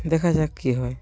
দেখা যাক কী হয়